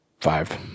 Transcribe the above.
five